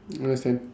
understand